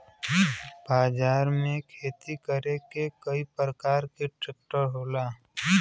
बाजार में खेती करे के कई परकार के ट्रेक्टर होला